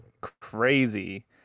crazy